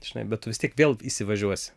žinai bet tu vis tiek vėl įsivažiuosi